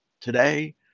today